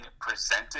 presented